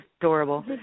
adorable